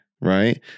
right